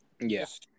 yes